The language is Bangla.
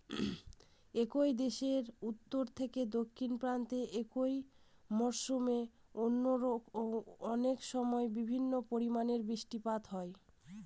একই দেশের উত্তর থেকে দক্ষিণ প্রান্তে একই মরশুমে অনেকসময় ভিন্ন পরিমানের বৃষ্টিপাত হয়